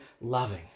loving